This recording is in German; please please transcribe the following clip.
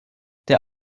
der